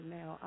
now